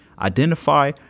Identify